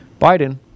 Biden